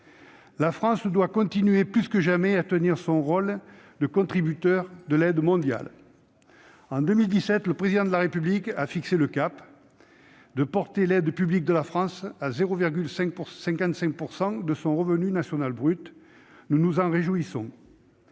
La France doit donc continuer plus que jamais à tenir son rôle de grand contributeur de l'aide mondiale. En 2017, le Président de la République a fixé un cap : porter l'aide publique de la France à 0,55 % de son revenu national brut. Nous nous en réjouissons.